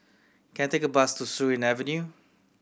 can I take a bus to Surin Avenue